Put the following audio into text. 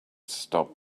stop